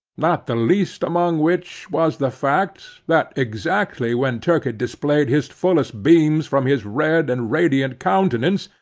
not the least among which was the fact, that exactly when turkey displayed his fullest beams from his red and radiant countenance,